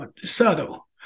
subtle